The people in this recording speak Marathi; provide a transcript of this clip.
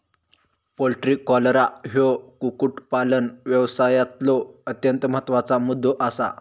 पोल्ट्री कॉलरा ह्यो कुक्कुटपालन व्यवसायातलो अत्यंत महत्त्वाचा मुद्दो आसा